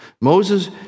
Moses